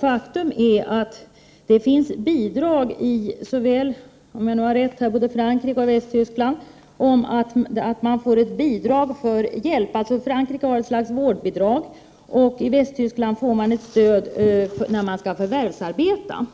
Faktum är att det finns bidrag till hjälp i hemmet i såväl, om jag nu har rätt, Frankrike som Västtyskland. Frankrike har ett slags vårdbidrag, och i Västtyskland får man ett stöd när man skall förvärvsarbeta